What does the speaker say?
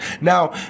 Now